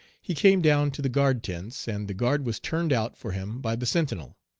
he came down to the guard tents, and the guard was turned out for him by the sentinel.